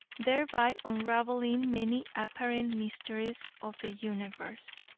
thereby unraveling many apparent mysteries of the universe.